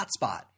hotspot